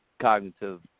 cognitive